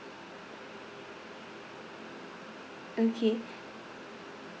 okay